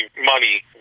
money